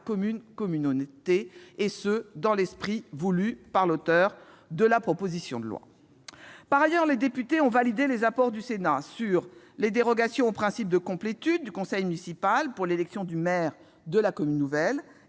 commune-communauté, dans l'esprit voulu par l'auteur de la proposition de loi. Par ailleurs, les députés ont validé : les apports du Sénat sur les dérogations au principe de complétude du conseil municipal pour l'élection du maire de la commune nouvelle